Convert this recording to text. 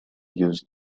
use